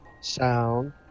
sound